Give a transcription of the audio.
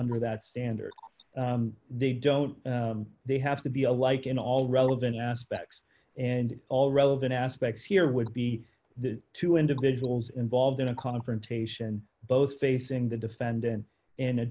under that standard they don't they have to be alike in all relevant aspects and all relevant aspects here would be the two individuals involved in a confrontation both facing the defendant